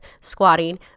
squatting